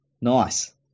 nice